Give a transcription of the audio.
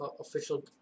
official